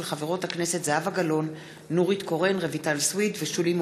של חבר הכנסת עיסאווי פריג'; הצעת חוק